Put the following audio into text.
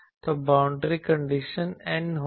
तो boundary condition n होगी